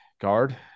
Guard